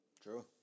True